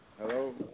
Hello